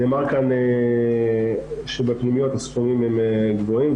נאמר כאן שבפנימיות הסכומים הם גבוהים.